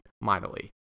mightily